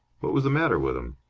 what was the matter with him?